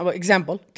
example